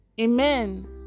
Amen